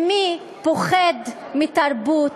מי פוחד מתרבות?